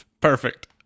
Perfect